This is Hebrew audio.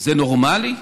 זה נורמלי?